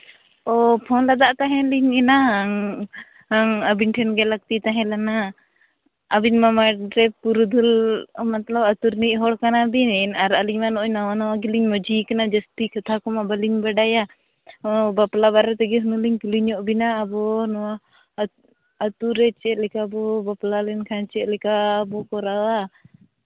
ᱳ phone ᱟᱠᱟᱫ ᱛᱟᱦᱮᱸ ᱞᱤᱧ ᱮᱱᱟᱱ ᱟᱹᱵᱤᱱ ᱴᱷᱮᱱ ᱜᱮ ᱞᱟᱹᱠᱛᱤ ᱛᱟᱦᱮᱸ ᱞᱮᱱᱟ ᱟᱹᱵᱤᱱ ᱢᱟ ᱢᱟᱨᱮ ᱯᱩᱨᱩᱫᱷᱩᱞ ᱢᱚᱛᱞᱚᱵ ᱟᱛᱳ ᱨᱤᱱᱤᱡ ᱦᱚᱲ ᱠᱟᱱᱟᱵᱤᱱ ᱟᱨ ᱟᱹᱞᱤᱧ ᱢᱟ ᱱᱚᱜᱼᱚᱸᱭ ᱱᱟᱣᱟ ᱱᱟᱣᱟ ᱜᱮᱞᱤᱧ ᱢᱟᱹᱡᱷᱤᱭ ᱠᱟᱱᱟ ᱡᱟᱹᱥᱛᱤ ᱠᱟᱛᱷᱟ ᱠᱚᱢᱟ ᱵᱟᱹᱞᱤᱧ ᱵᱟᱰᱟᱭᱟ ᱦᱚᱸ ᱵᱟᱨᱮ ᱛᱮᱜᱮ ᱦᱩᱱᱟᱹᱝ ᱞᱤᱧ ᱠᱩᱞᱤ ᱧᱚᱜ ᱵᱚᱱᱟ ᱟᱵᱚ ᱱᱚᱣᱟ ᱟᱛᱳ ᱨᱮ ᱪᱮᱫ ᱞᱮᱠᱟ ᱵᱚ ᱵᱟᱯᱞᱟ ᱞᱮᱱᱠᱷᱟᱱ ᱪᱮᱫ ᱞᱮᱠᱟ ᱵᱚ ᱠᱚᱨᱟᱣᱟ